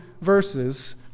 verses